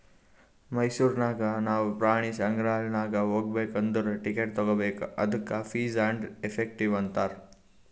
ಮೈಸೂರ್ ನಾಗ್ ನಾವು ಪ್ರಾಣಿ ಸಂಗ್ರಾಲಯ್ ನಾಗ್ ಹೋಗ್ಬೇಕ್ ಅಂದುರ್ ಟಿಕೆಟ್ ತಗೋಬೇಕ್ ಅದ್ದುಕ ಫೀಸ್ ಆ್ಯಂಡ್ ಎಫೆಕ್ಟಿವ್ ಅಂತಾರ್